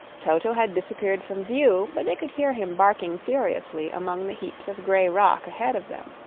toto had disappeared from view, but they could hear him barking furiously among the heaps of grey rock ahead of them.